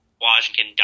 Washington